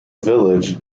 village